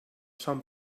són